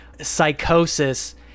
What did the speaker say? psychosis